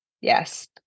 Yes